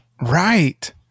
Right